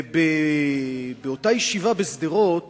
ובאותה ישיבה בשדרות